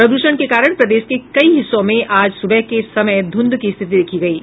प्रद्षण के कारण प्रदेश के कई हिस्सों में आज सुबह के समय ध्रंध की स्थिति देखी गयी